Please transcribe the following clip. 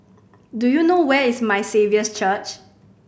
do you know where is My Saviour's Church